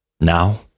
Now